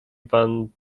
van